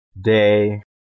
Day